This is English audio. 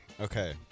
Okay